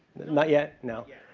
not yet? no. yet.